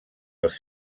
els